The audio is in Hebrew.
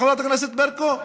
חברת הכנסת ברקו?